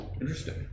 interesting